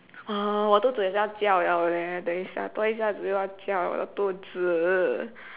我肚子也是要叫了 leh 等一下多一下子又要叫了肚子